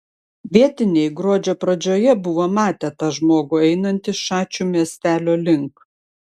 vietiniai gruodžio pradžioje buvo matę tą žmogų einantį šačių miestelio link